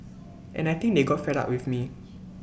and I think they got fed up with me